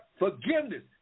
forgiveness